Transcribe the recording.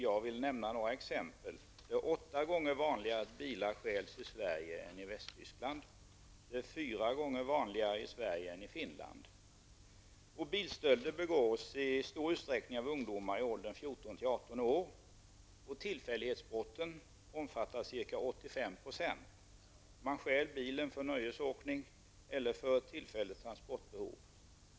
Jag vill nämna några exempel. Det är åtta gånger vanligare att bilar stjäls i Sverige än i Västtyskland, och det är fyra gånger vanligare i Sverige än i Finland. Bilstölder begås i stor utsträckning av ungdomar i åldern 14--18 år. Tillfällighetsbrotten omfattar ca 85 %. Bilar stjäls för nöjesåkning eller för tillfälligt transportbehov.